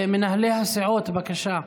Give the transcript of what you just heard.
מנהלי הסיעות, בבקשה.